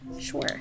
sure